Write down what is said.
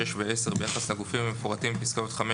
(6) ו-(10) ביחס לגופים המפורטים בפסקאות (5),